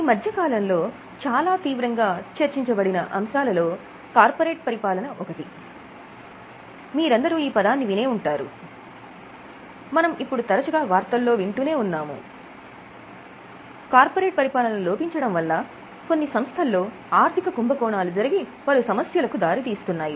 ఈ మధ్యకాలంలో చాలా తీవ్రంగా చర్చించబడిన అంశాల లో కార్పొరేట్ పరిపాలన లోపించడం వల్ల కొన్ని సంస్థల్లో ఆర్థిక కుంభకోణాలు జరిగి పలు సమస్యలకు దారి తీస్తున్నాయి